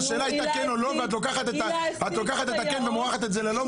השאלה הייתה כן או לא ואת לוקחת את הכן ומורחת את זה ללא...